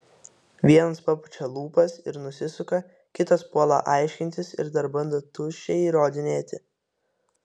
vienas papučia lūpas ir nusisuka kitas puola aiškintis ir dar bando tuščiai įrodinėti